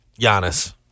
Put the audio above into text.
Giannis